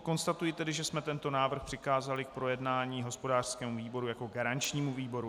Konstatuji, že jsme tento návrh přikázali k projednání hospodářskému výboru jako garančnímu výboru.